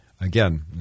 again